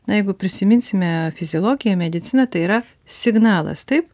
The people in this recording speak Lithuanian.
na jeigu prisiminsime fiziologiją mediciną tai yra signalas taip